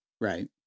Right